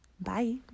Bye